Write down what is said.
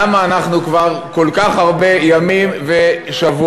למה אנחנו כבר כל כך הרבה ימים ושבועות